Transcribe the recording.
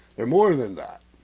they're, more than that